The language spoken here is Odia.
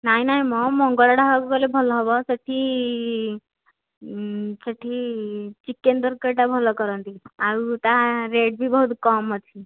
ନାଇଁ ନାଇଁମ ମଙ୍ଗଳା ଢ଼ାବାକୁ ଗଲେ ଭଲ ହେବ ସେଇଠି ସେଇଠି ଚିକେନ୍ ତରକାରୀଟା ଭଲ କରନ୍ତି ଆଉ ତା ରେଟ୍ବି ବହୁତ କମ୍ ଅଛି